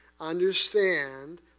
understand